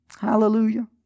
Hallelujah